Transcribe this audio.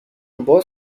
باز